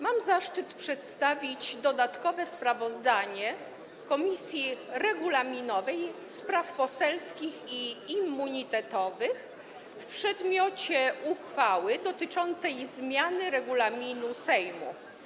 Mam zaszczyt przedstawić dodatkowe sprawozdanie Komisji Regulaminowej, Spraw Poselskich i Immunitetowych w przedmiocie uchwały dotyczącej zmiany regulaminu Sejmu.